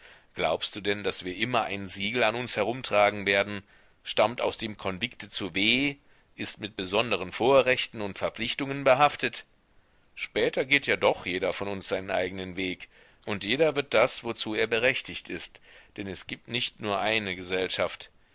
glaubst du denn daß wir immer ein siegel an uns herumtragen werden stammt aus dem konvikte zu w ist mit besonderen vorrechten und verpflichtungen behaftet später geht ja doch jeder von uns seinen eigenen weg und jeder wird das wozu er berechtigt ist denn es gibt nicht nur eine gesellschaft